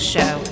Show